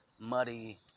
muddy